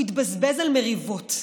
הוא יתבזבז על מריבות,